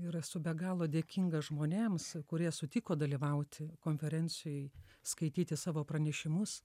ir esu be galo dėkinga žmonėms kurie sutiko dalyvauti konferencijoj skaityti savo pranešimus